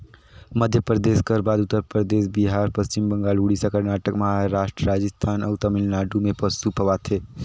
मध्यपरदेस कर बाद उत्तर परदेस, बिहार, पच्छिम बंगाल, उड़ीसा, करनाटक, महारास्ट, राजिस्थान अउ तमिलनाडु में पसु पवाथे